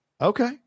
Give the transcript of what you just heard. Okay